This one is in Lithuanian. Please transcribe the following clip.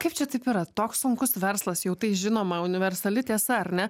kaip čia taip yra toks sunkus verslas jau tai žinoma universali tiesa ar ne